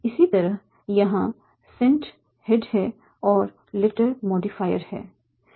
इसी तरह यहाँ सेंट हेड है और 'लेटर' मॉडिफाईर है